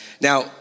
Now